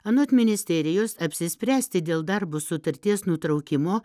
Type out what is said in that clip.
anot ministerijos apsispręsti dėl darbo sutarties nutraukimo